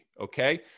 okay